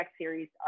series